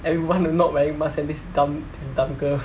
everyone not wearing mask and this dumb this dumb girl